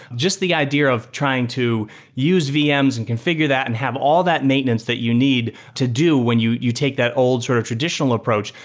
just the idea of trying to use vm's and configure that and have all that maintenance that you need to do when you you take that old sort of traditional approach.